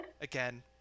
Again